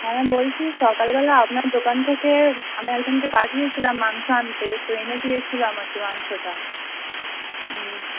হ্যাঁ বলছি সকালবেলা আপনার দোকান থেকে আমি একজনকে পাঠিয়েছিলাম মাংস আনতে তো এনে দিয়েছিলো আমাকে মাংসটা হুম